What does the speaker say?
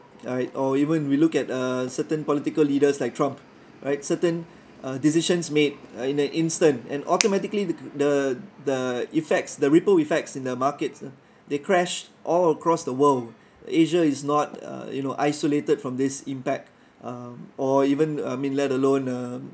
uh or even we look at uh certain political leaders like trump right certain uh decisions made uh in an instant and automatically the the the effects the ripple effects in the markets they crashed all across the world asia is not uh you know isolated from this impact uh or even uh I mean let alone uh